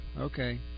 Okay